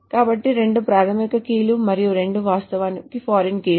కాబట్టి రెండూ ప్రాధమిక కీలు మరియు రెండూ వాస్తవానికి ఫారిన్ కీలు